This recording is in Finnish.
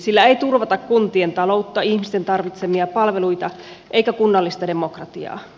niillä ei turvata kuntien taloutta ihmisten tarvitsemia palveluita eikä kunnallista demokratiaa